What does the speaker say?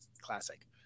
classic